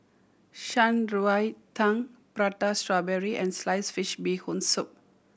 Shan Rui Tang Prata Strawberry and sliced fish Bee Hoon Soup